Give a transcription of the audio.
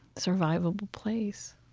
survivable place